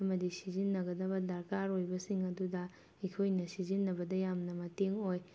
ꯑꯃꯗꯤ ꯁꯤꯖꯤꯟꯅꯒꯗꯕ ꯗꯔꯀꯥꯔ ꯑꯣꯏꯕꯁꯤꯡ ꯑꯗꯨꯗ ꯑꯩꯈꯣꯏꯅ ꯁꯤꯖꯤꯟꯅꯕꯗ ꯌꯥꯝꯅ ꯃꯇꯦꯡ ꯑꯣꯏ